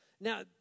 Now